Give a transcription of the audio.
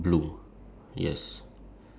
one lady yes green color shirt